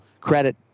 credit